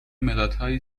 مدادهایی